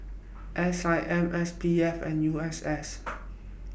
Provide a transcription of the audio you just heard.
S I M S P F and U S S